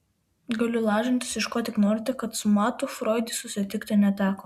galiu lažintis iš ko tik norite kad su matu froidui susitikti neteko